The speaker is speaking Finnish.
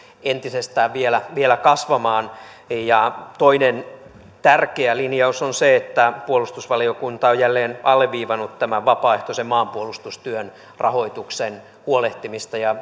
entisestään vielä vielä kasvamaan toinen tärkeä linjaus on se että puolustusvaliokunta on jälleen alleviivannut tämän vapaaehtoisen maanpuolustustyön rahoituksen huolehtimista ja